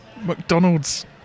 McDonald's